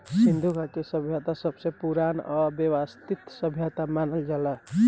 सिन्धु घाटी सभ्यता सबसे पुरान आ वयवस्थित सभ्यता मानल जाला